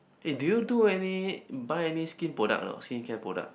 eh do you do any buy any skin product or not skincare product